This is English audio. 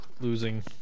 losing